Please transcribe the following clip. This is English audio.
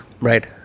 Right